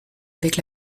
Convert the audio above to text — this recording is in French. avec